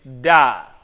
die